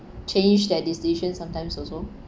change that decision sometimes also